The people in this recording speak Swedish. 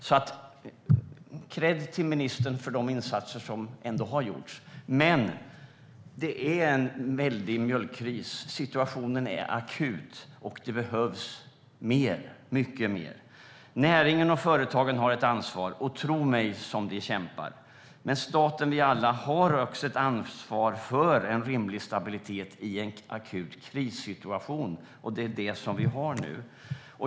Jag ger kredd till ministern för de insatser som ändå har gjorts. Men det är en väldig mjölkkris. Situationen är akut, och det behövs mycket mer. Näringen och företagen har ett ansvar, och tro mig som de kämpar! Men staten och vi alla har också ett ansvar för en rimlig stabilitet i en akut krissituation. Det är vad vi har nu.